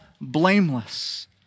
blameless